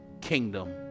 kingdom